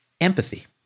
empathy